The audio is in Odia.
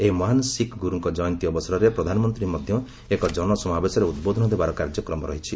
ଏହି ମହାନ୍ ଶିଖ ଗୁର୍କ୍ ଜୟନ୍ତୀ ଅବସରରେ ପ୍ରଧାନମନ୍ତ୍ରୀ ମଧ୍ୟ ଏକ ଜନ ସମାବେଶରେ ଉଦ୍ବୋଧନ ଦେବାର କାର୍ଯ୍ୟକ୍ରମ ରହିଛି